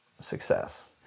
success